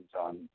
on